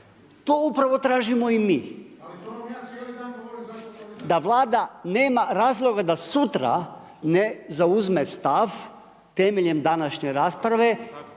…/Upadica se ne čuje./… da Vlada nema razloga, da sutra ne zauzme stav temeljem današnje rasprave,